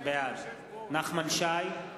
בעד נחמן שי,